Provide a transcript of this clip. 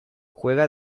juega